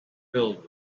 filled